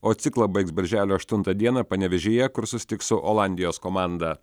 o ciklą baigs birželio aštuntą dieną panevėžyje kur susitiks su olandijos komanda